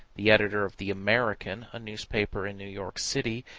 the editor of the american, a newspaper in new york city,